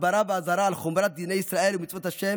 הסברה ואזהרה על חומרת דיני ישראל ומצוות ה',